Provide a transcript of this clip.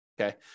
okay